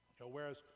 Whereas